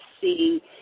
see